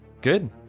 good